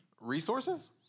Resources